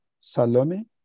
Salome